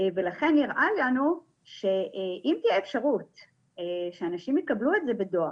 ולכן נראה לנו שאם תהיה אפשרות שאנשים יקבלו את זה בדואר,